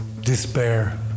Despair